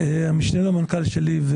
המשנה למנכ"ל שלי,